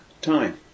time